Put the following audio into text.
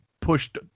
pushed